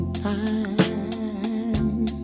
time